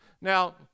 now